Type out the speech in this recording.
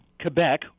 Quebec